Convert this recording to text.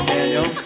Daniel